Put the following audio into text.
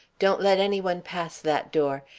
don't let any one pass that door,